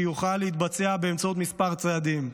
שיוכל להתבצע בכמה צעדים: